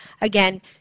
again